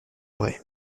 vrai